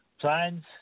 plans